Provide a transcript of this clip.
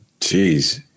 Jeez